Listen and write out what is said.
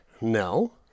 No